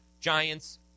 Giants